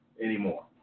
anymore